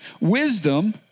Wisdom